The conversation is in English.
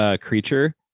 creature